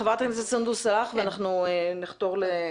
חברת הכנסת סונדוס סאלח ואנחנו נחתור לסיום.